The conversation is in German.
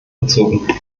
bezogen